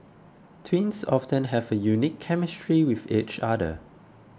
twins often have a unique chemistry with each other